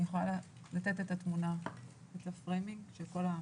אני יכולה לתת את ה-framing של כל התכנית?